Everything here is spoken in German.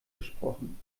gesprochen